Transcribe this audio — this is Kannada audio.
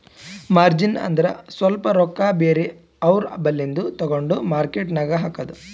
ಮಾರ್ಜಿನ್ ಅಂದುರ್ ಸ್ವಲ್ಪ ರೊಕ್ಕಾ ಬೇರೆ ಅವ್ರ ಬಲ್ಲಿಂದು ತಗೊಂಡ್ ಮಾರ್ಕೇಟ್ ನಾಗ್ ಹಾಕದ್